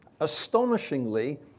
astonishingly